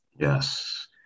Yes